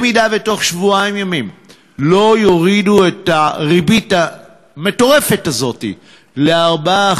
אם בתוך שבועיים ימים לא יורידו את הריבית המטורפת הזאת ל-4%,